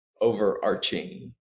overarching